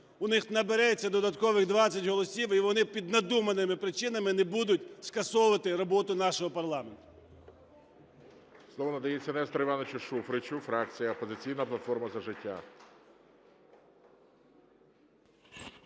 у них набереться додаткових 20 голосів і вони під надуманими причинами не будуть скасовувати роботу нашого парламенту.